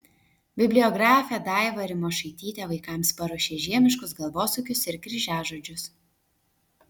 bibliografė daiva rimošaitytė vaikams paruošė žiemiškus galvosūkius ir kryžiažodžius